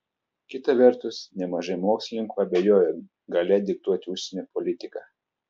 kita vertus nemažai mokslininkų abejoja galia diktuoti užsienio politiką